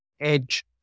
edge